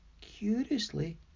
curiously